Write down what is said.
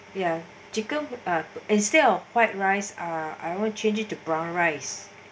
ya chicken uh still white rice ah I want change it to brown rice